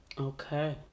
Okay